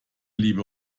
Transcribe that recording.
liebe